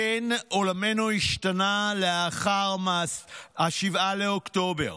כן, עולמנו השתנה לאחר 7 באוקטובר.